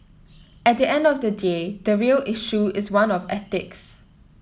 at the end of the day the real issue is one of ethics